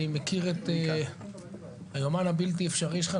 אני מכיר את היומן הבלתי אפשרי שלך,